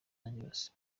angeles